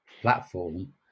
platform